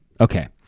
Okay